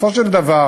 בסופו של דבר,